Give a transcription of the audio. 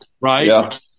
right